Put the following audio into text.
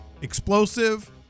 explosive